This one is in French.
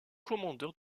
commandeur